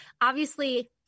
obviously-